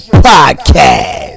podcast